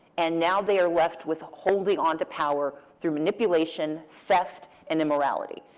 and now they are left with holding onto power through manipulation, theft, and immorality.